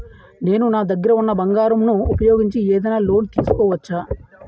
నేను నా దగ్గర ఉన్న బంగారం ను ఉపయోగించి ఏదైనా లోన్ తీసుకోవచ్చా?